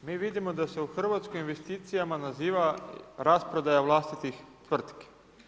Mi vidimo da se u Hrvatskoj investicijama naziva rasprodaja vlasatih tvrtki.